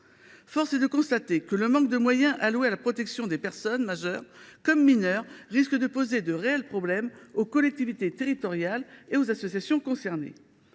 Force est de constater que le manque de moyens alloués à la protection des personnes, majeures comme mineures, risque de poser de réels problèmes aux collectivités territoriales et aux associations concernées.